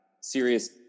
serious